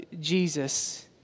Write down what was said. Jesus